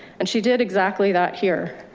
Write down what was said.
and she did exactly that here.